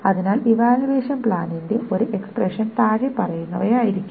അതിനാൽ ഇവാലുവേഷൻ പ്ലാനിന്റെ ഒരു എക്സ്പ്രഷൻ താഴെ പറയുന്നവയായിരിക്കും